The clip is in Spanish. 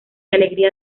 alegrías